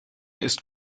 ist